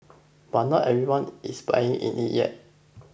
but not everyone is buying in it yet